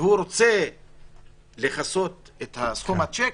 שהוא רוצה לכסות את סכום השיק,